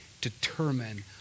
determine